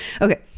Okay